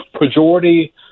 majority